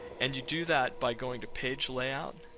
and you do that by going to page layout